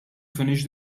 finish